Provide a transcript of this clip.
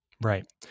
Right